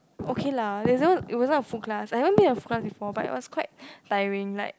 okay lah it wasn't it wasn't a full class I haven't taken a full class before but it was quite tiring like